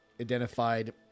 identified